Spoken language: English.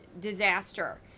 disaster